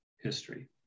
history